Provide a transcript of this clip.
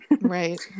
Right